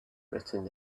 written